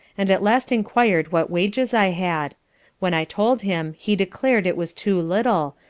and at last enquired what wages i had when i told him he declared, it was too little,